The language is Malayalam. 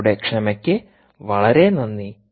നിങ്ങളുടെ ക്ഷമയ്ക്ക് വളരെ നന്ദി